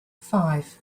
five